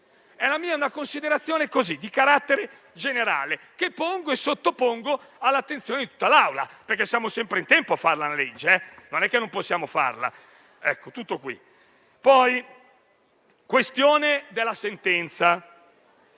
è una considerazione di carattere generale che sottopongo all'attenzione di tutta l'Assemblea, perché siamo sempre in tempo a fare una legge; non è che non possiamo farla. Passo alla questione della sentenza.